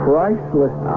Priceless